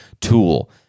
tool